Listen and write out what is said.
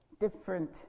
different